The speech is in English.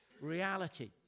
reality